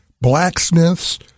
blacksmiths